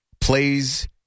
plays